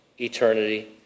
eternity